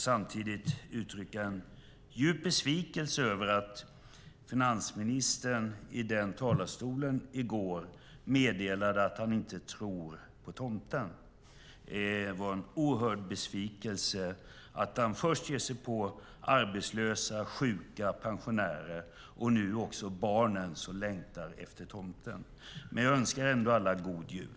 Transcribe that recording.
Samtidigt vill jag uttrycka en djup besvikelse över att finansministern i talarstolen här i går meddelade att han inte tror på tomten. Det var en oerhörd besvikelse att han först ger sig på arbetslösa, sjuka och pensionärer och nu också ger sig på barnen som längtar efter tomten. Jag önskar ändå alla god jul.